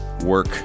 work